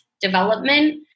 development